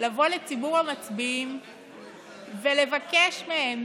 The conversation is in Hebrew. לבוא לציבור המצביעים ולבקש מהם